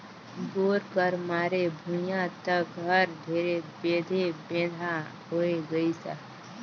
bore कर मारे भुईया तक हर ढेरे बेधे बेंधा होए गइस अहे